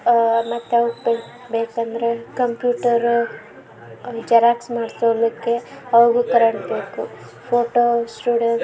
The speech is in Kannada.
ಮತ್ತು ಯಾವ್ದಕ್ಕೆ ಬೇಕಂದರೆ ಕಂಪ್ಯೂಟರ್ ಜರಾಕ್ಸ್ ಮಾಡಿಸೋದಕ್ಕೆ ಅವಾಗೂ ಕರೆಂಟ್ ಬೇಕು ಫೋಟೋ ಸ್ಟುಡಿಯೊ